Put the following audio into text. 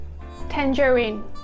tangerine